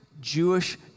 Jewish